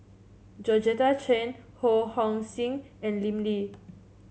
Georgette Chen Ho Hong Sing and Lim Lee